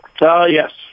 Yes